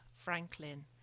Franklin